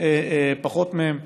פחות מהם.